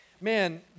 man